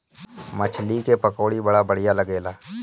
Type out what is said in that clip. मछरी के पकौड़ी बड़ा बढ़िया लागेला